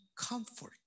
comfort